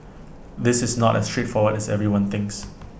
this is not as straightforward as everyone thinks